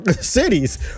cities